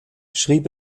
schrieb